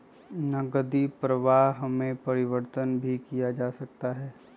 नकदी प्रवाह में परिवर्तन भी किया जा सकता है